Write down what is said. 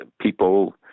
people